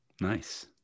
Nice